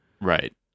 right